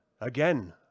Again